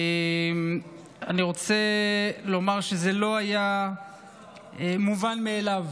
אני רוצה לומר שזה לא היה מובן מאליו